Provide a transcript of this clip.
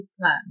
plan